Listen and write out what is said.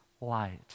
light